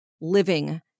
living